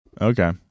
Okay